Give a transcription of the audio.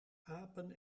apen